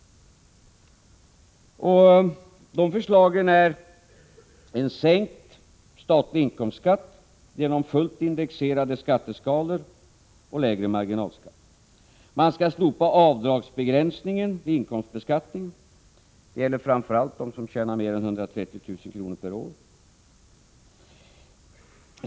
Ett förslag innebär en sänkning av den statliga inkomstskatten genom fullt indexerade skatteskalor och lägre marginalskatter. Man skall slopa avdragsbegränsningen vid inkomstbeskattningen — det gäller framför allt dem som tjänar mer än 130 000 kr. per år.